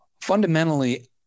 fundamentally